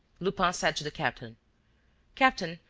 lupin said to the captain captain,